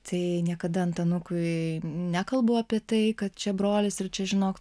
tai niekada antanukui nekalbu apie tai kad čia brolis ir čia žinok